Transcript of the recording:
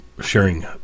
sharing